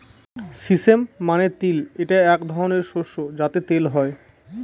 sesame মানে তিল এটা এক ধরনের শস্য যাতে তেল হয়